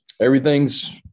Everything's